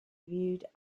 viewed